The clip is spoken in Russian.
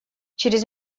через